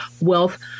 wealth